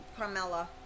carmella